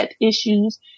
issues